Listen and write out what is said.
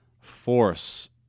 force